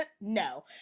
no